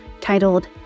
titled